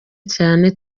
cyane